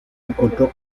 encontró